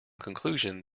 conclusion